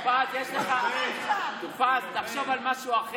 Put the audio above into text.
טור פז, תחשוב על משהו אחר.